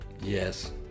Yes